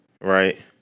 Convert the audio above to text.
right